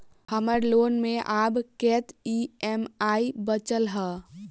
हम्मर लोन मे आब कैत ई.एम.आई बचल ह?